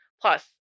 Plus